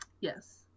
Yes